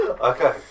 Okay